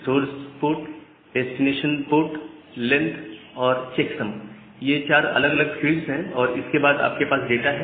source port destination port length और checksum ये चार अलग अलग फील्ड्स हैं और इसके बाद आपके पास डाटा है